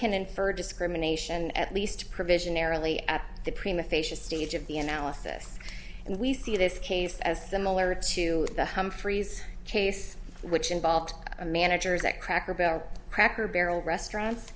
can infer discrimination at least provision narrowly at the prima facia stage of the analysis and we see this case as the miller to the humphreys case which involved a managers at cracker barrel cracker barrel restaurants